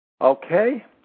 Okay